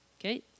Okay